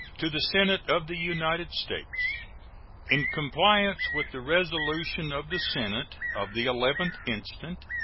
to the senate of the united states in compliance with the resolution of the senate of the eleventh instant,